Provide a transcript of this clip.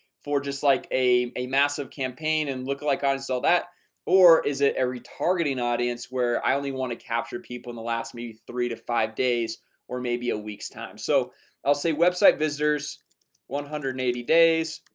for just like a a massive campaign and look like i and saw that or is it ah retargeting? audience where i only want to capture people in the last maybe three to five days or maybe a week's time so i'll say website visitors one hundred and eighty days